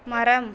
மரம்